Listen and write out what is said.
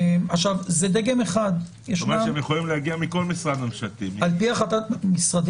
כלומר הם יכולים להגיע מכל משרד ממשלתי - אבל